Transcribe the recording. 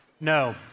No